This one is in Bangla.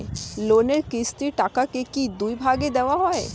লোনের কিস্তির টাকাকে কি দুই ভাগে দেওয়া যায়?